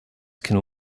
can